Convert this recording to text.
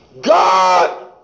God